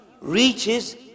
reaches